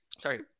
Sorry